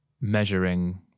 measuring